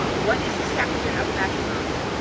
what is the sacrament of matrimony?